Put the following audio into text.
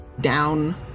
down